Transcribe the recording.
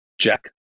Jack